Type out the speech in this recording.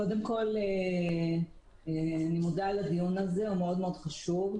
קודם כל אני מודה על הדיון הזה, הוא מאוד חשוב.